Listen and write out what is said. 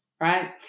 right